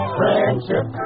friendship